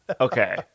okay